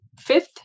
Fifth